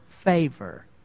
favor